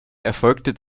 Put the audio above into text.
erfolgte